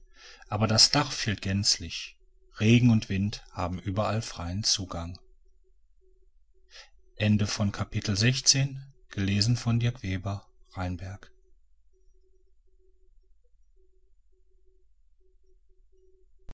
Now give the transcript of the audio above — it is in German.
aber das dach fehlt gänzlich regen und wind haben überall freien zugang